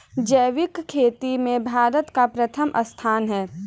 जैविक खेती में भारत का प्रथम स्थान है